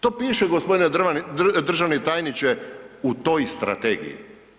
To piše, g. državni tajniče u toj Strategiji.